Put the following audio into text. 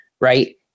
right